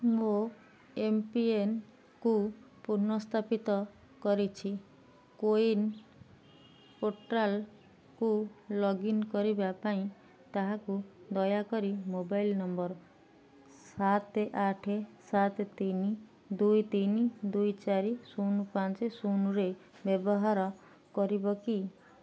ମୋ ଏମ୍ପିଏନ୍କୁ ପୁନଃସ୍ଥାପିତ କରିଛି କୋୱିନ୍ ପୋର୍ଟାଲ୍କୁ ଲଗ୍ ଇନ୍ କରିବା ପାଇଁ ତାହାକୁ ଦୟାକରି ମୋବାଇଲ ନମ୍ବର ସାତ ଆଠ ସାତ ତିନି ଦୁଇ ତିନି ଦୁଇ ଚାରି ଶୂନ ପାଞ୍ଚ ଶୂନରେ ବ୍ୟବହାର କରିବ କି